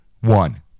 One